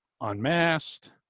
Unmasked